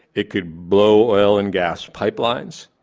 it could blow oil and gas pipelines,